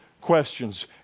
questions